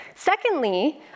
Secondly